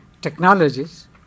technologies